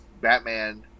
Batman